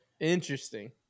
Interesting